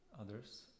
others